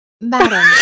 Madam